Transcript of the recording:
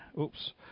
oops